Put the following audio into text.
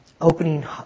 opening